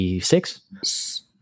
six